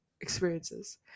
experiences